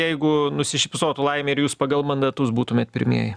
jeigu nusišypsotų laimė ir jūs pagal mandatus būtumėt pirmieji